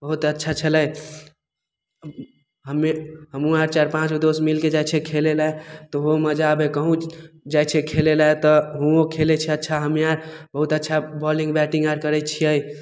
बहुत अच्छा छलै अङ्कित हमे हमहुँ आर चार पाँचगो दोस मिलके जाइत छियै खेलै लए तऽ ओहोमे मजा आबे हइ कहुँ जाइत छियै खेले लए तऽ हूँओ खेलैत छियै अच्छा हमे आर बहुतअच्छा बौलिंग बैटिंग आर करैत छियै